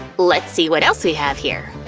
let's see what else we have here.